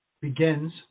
begins